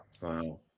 wow